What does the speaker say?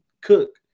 cook